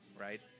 right